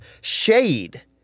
shade